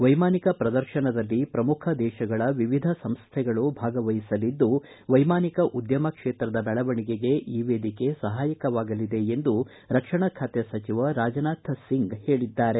ವೈಮಾನಿಕ ಪ್ರದರ್ಶನದಲ್ಲಿ ಪ್ರಮುಖ ದೇಶಗಳ ವಿವಿಧ ಸಂಸ್ಥೆಗಳು ಭಾಗವಹಿಸಲಿದ್ದು ವೈಮಾನಿಕ ಉದ್ದಮ ಕ್ಷೇತ್ರದ ಬೆಳವಣಿಗೆಗೆ ಈ ವೇದಿಕೆ ಸಹಕಾರಿಯಾಗಲಿದೆ ಎಂದು ರಕ್ಷಣಾ ಖಾತೆ ಸಚಿವ ರಾಜನಾಥ್ ಸಿಂಗ್ ಹೇಳಿದ್ದಾರೆ